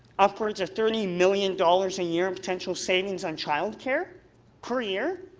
upwards of thirty million dollars a year in potential savings on child care per year?